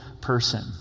person